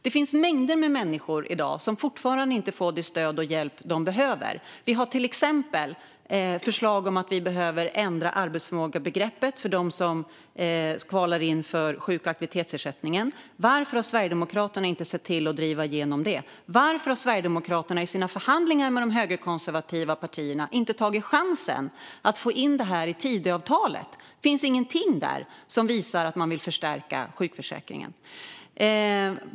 Det finns mängder med människor i dag som fortfarande inte får det stöd och den hjälp som de behöver. Vi har till exempel förslag om att ändra arbetsförmågebegreppet för dem som kvalar in för sjuk och aktivitetsersättningen. Varför har Sverigedemokraterna inte sett till att driva igenom det? Varför har Sverigedemokraterna i sina förhandlingar med de högerkonservativa partierna inte tagit chansen att få in detta i Tidöavtalet? Det finns ingenting där som visar att man vill förstärka sjukförsäkringen.